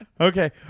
Okay